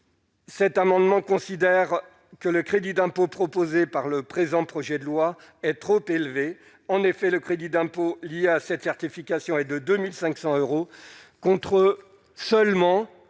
Cet amendement considère que le crédit d'impôt proposé par le présent projet de loi est trop élevé, en effet, le crédit d'impôt, il y a cette certification et de 2500 euros contre seulement